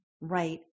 right